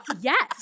Yes